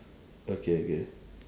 okay okay